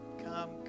come